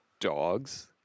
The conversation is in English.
dogs